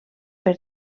per